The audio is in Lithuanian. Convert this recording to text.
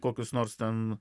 kokius nors ten